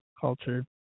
Culture